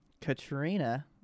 Katrina